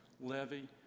levy